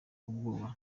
ubwoba